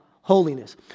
holiness